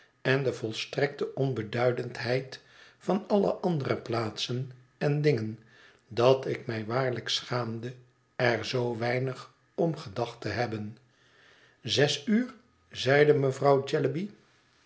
en de volstrekte onbeduidendheid van alle andere plaatsen en dingen dat ik mij waarlijk schaamde er zoo weinig om gedacht te hebben zes uur zeide mevrouw